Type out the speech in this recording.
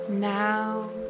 now